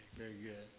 very good.